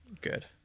Good